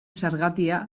zergatia